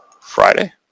Friday